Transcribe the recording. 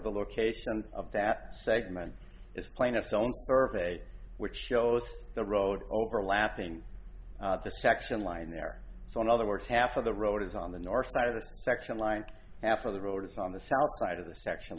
the location of that segment is plaintiff's own survey which shows the road overlapping the section line there so in other words half of the road is on the north side of the section line half of the road is on the south side of the section